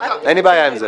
אין בעיה לי בעיה עם זה.